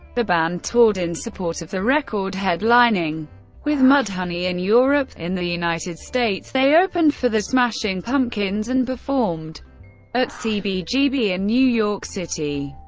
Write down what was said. the band toured in support of the record, headlining with mudhoney in europe in the united states, they opened for the smashing pumpkins, and performed at cbgb cbgb in new york city.